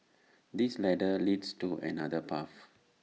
this ladder leads to another path